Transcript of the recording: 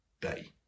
day